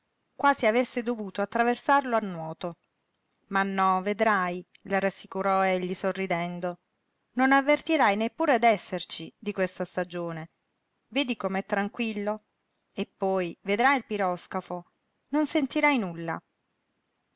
quasi avesse dovuto attraversarlo a nuoto ma no vedrai la rassicurò egli sorridendo non avvertirai neppure d'esserci di questa stagione vedi com'è tranquillo e poi vedrai il piroscafo non sentirai nulla